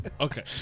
Okay